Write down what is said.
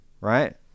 right